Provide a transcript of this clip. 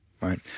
right